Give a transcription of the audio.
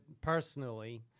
personally